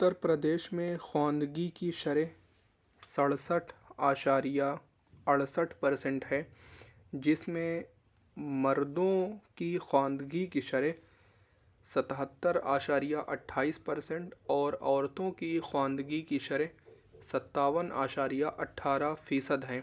اُتّر پردیش میں خواندگی كی شرح سڑسٹھ اعشاریہ اڑسٹھ پر سینٹ ہے جس میں مردوں کی خواندگی کی شرح ستہتر اعشاریہ اٹھائیس پر سینٹ اور عورتوں کی خواندگی کی شرح ستاون اعشاریہ اٹھارہ فیصد ہے